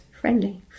friendly